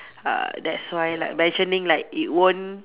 uh that's why like imagining like it won't